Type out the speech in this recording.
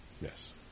Yes